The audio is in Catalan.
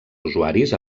usuaris